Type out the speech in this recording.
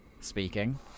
speaking